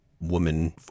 woman